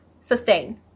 sustain